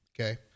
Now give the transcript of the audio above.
okay